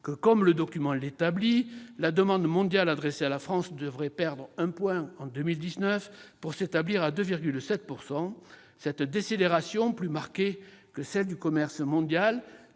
comme le document l'établit, la demande mondiale adressée à la France devrait perdre 1 point en 2019, pour s'établir à 2,7 %. Cette décélération, plus marquée que celle du commerce mondial,